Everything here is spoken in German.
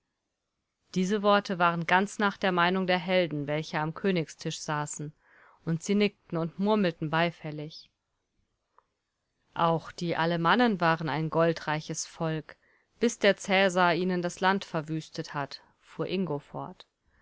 diese worte waren ganz nach der meinung der helden welche am königstisch saßen und sie nickten und murmelten beifällig auch die alemannen waren ein goldreiches volk bis der cäsar ihnen das land verwüstet hat fuhr ingo fort